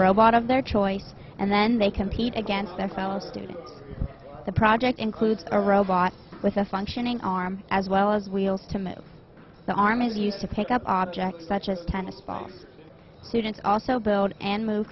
robot of their choice and then they compete against themselves doing the project includes a robot with a functioning arm as well as wheels to move the arm is used to pick up objects such as tennis ball students also build and move